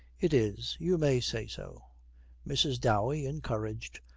it is. you may say so mrs. dowey, encouraged,